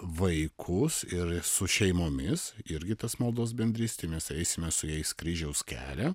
vaikus ir su šeimomis irgi tos maldos bendrystėj mes eisime su jais kryžiaus kelią